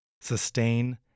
sustain